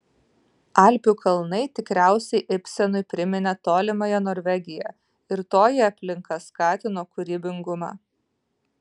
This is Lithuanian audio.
alpių kalnai tikriausiai ibsenui priminė tolimąją norvegiją ir toji aplinka skatino kūrybingumą